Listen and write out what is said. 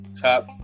top